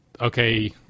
okay